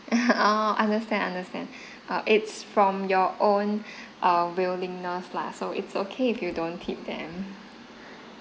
oh understand understand err it's from your own err willingness lah so it's okay if you don't tip them